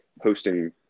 Hosting